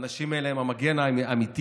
האנשים האלה הם המגן האנושי